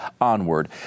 Onward